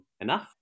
enough